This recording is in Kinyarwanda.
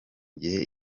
gihe